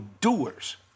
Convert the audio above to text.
doers